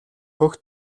хөх